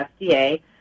FDA